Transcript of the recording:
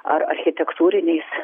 ar architektūriniais